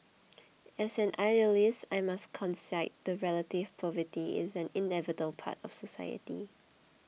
as an idealist I must concede that relative poverty is an inevitable part of society